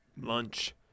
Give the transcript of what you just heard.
lunch